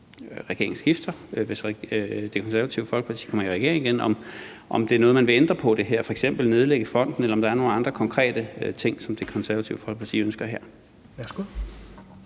regering og Det Konservative Folkeparti kommer i regering igen, vil ændre på, altså om man f.eks. vil nedlægge fonden, eller om der er nogle andre konkrete ting, som Det Konservative Folkeparti ønsker her.